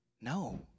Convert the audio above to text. No